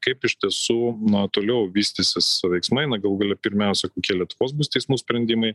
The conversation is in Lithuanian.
kaip iš tiesų toliau vystysis veiksmai na galų gale pirmiausia kokie lietuvos bus teismų sprendimai